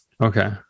Okay